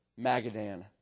Magadan